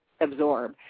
absorb